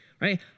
right